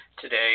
today